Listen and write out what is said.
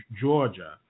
Georgia